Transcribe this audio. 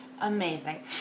Amazing